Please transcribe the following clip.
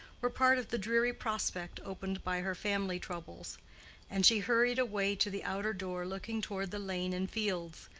were part of the dreary prospect opened by her family troubles and she hurried away to the outer door looking toward the lane and fields.